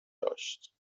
داشت